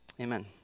Amen